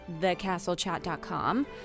thecastlechat.com